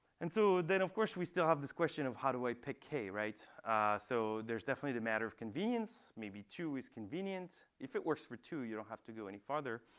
and so then, of course, we still have this question of, how do i pick k? so so there's definitely the matter of convenience. maybe two is convenient. if it works for two, you don't have to go any farther.